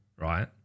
right